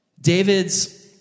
David's